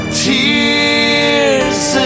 tears